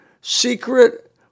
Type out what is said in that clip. secret